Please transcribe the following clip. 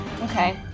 Okay